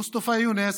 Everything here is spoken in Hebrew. מוסטפא יונס,